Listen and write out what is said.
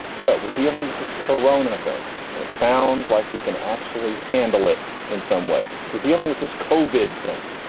so we're dealing with this corona thing and it sounds like we can actually handle it in some way. we're dealing with this cauvin thing.